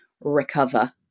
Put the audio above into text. recover